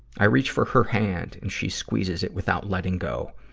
i reach for her hand, and she squeezes it without letting go,